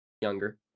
Younger